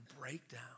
breakdown